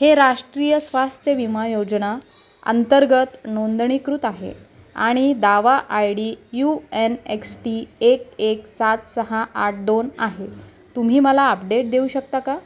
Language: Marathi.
हे राष्ट्रीय स्वास्थ्य विमा योजना अंतर्गत नोंदणीकृत आहे आणि दावा I D U N X T एक एक सात सहा आठ दोन आहे तुम्ही मला अपडेट देऊ शकता का